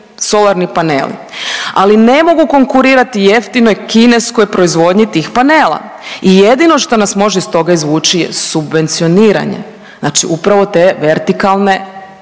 solarni paneli, ali ne mogu konkurirati jeftinijoj kineskoj proizvodnji tih panela i jedno što nas može iz toga izvući je subvencioniranje, znači upravo te vertikalne